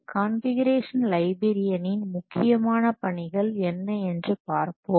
configuration லைப்ரேரியனின் முக்கியமான பணிகள் என்ன என்று பார்ப்போம்